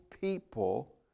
people